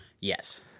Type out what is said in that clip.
Yes